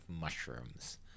mushrooms